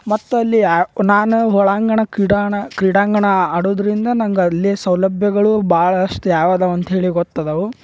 ಮತ್ತು ಅಲ್ಲಿ ಯಾ ನಾನು ಒಳಾಂಗಣ ಕ್ರೀಡಾಣ ಕ್ರೀಡಾಂಗಣ ಆಡುದ್ರಿಂದ ನಂಗೆ ಅಲ್ಲಿಯ ಸೌಲಭ್ಯಗಳು ಭಾಳ ಅಷ್ಟು ಯಾವ ಅದಾವ ಅಂತ್ಹೇಳಿ ಗೊತ್ತಾದವು